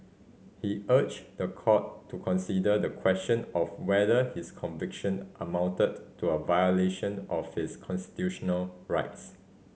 he urged the court to consider the question of whether his conviction amounted to a violation of his constitutional rights